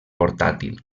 portàtil